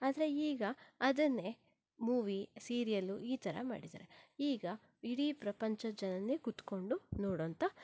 ಆದರೆ ಈಗ ಅದನ್ನೇ ಮೂವೀ ಸೀರಿಯಲ್ ಈ ಥರ ಮಾಡಿದ್ದಾರೆ ಈಗ ಇಡೀ ಪ್ರಪಂಚದ ಜನರೇ ಕುತ್ಕೊಂಡು ನೋಡೋವಂಥ